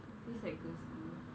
it feels like girls school